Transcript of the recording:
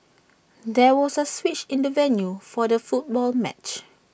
there was A switch in the venue for the football match